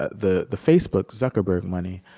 ah the the facebook zuckerberg money,